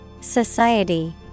Society